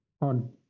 on